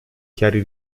chiari